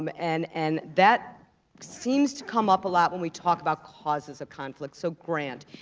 um and and that seems to come up a lot when we talk about causes of conflict, so grant,